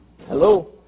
Hello